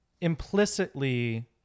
implicitly